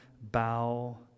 bow